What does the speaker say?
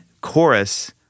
Chorus